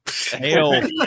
Hail